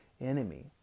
enemy